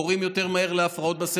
קוראים יותר מהר לסדר בהפרעות,